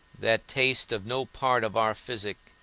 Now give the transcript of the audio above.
that taste of no part of our physic,